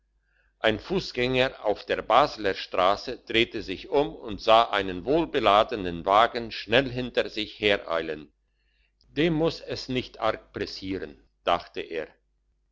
ein fussgänger auf der basler strasse drehte sich um und sah einen wohlbeladenen wagen schnell hinter sich hereilen dem muss es nicht arg pressieren dachte er